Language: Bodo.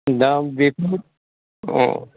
दा बेखौ अ'